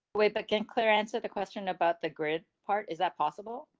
wait but can clear answer the question about the grid part. is that possible?